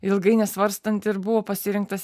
ilgai nesvarstant ir buvo pasirinktas